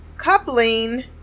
Coupling